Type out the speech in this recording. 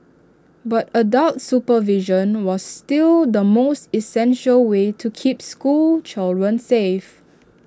but adult supervision was still the most essential way to keep school children safe